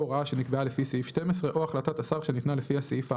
או הוראה שנקבעה לפי סעיף 12 או החלטת שר שניתנה לפי הסעיף האמור,